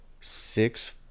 six